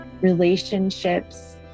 relationships